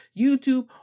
YouTube